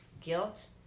guilt